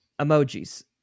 Emojis